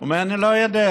הוא אומר לי: אני לא יודע,